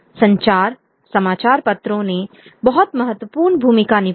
संचार समाचार पत्रों ने बहुत महत्वपूर्ण भूमिका निभाई